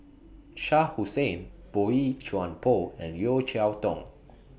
Shah Hussain Boey Chuan Poh and Yeo Cheow Tong